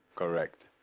correct.